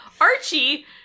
Archie